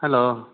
hello